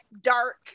dark